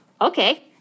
okay